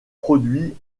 produit